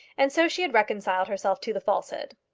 and so she had reconciled herself to the falsehood.